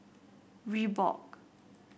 Reebok